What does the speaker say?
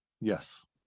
Yes